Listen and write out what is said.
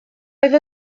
roedd